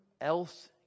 else